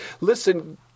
Listen